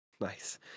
Nice